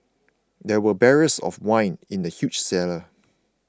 there were barrels of wine in the huge cellar